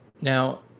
Now